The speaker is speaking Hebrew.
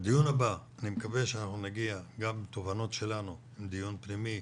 אני מקווה שנגיע לדיון הבא גם עם תובנות שלנו מדיון פנימי,